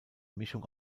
mischung